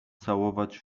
całować